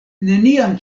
neniam